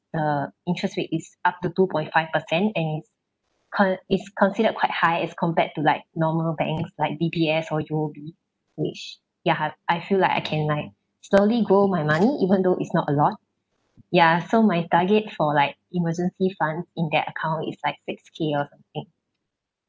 the interest rate is up to two point five per cent and it's con~ it's considered quite high as compared to like normal banks like D_B_S or U_O_B niche yeah I I feel like I can like slowly grow my money even though it's not a lot ya so my target for like emergency funds in that account is like six K or something